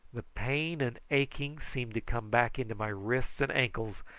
the pain and aching seemed to come back into my wrists and ankles,